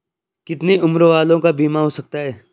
कितने उम्र वालों का बीमा हो सकता है?